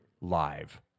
live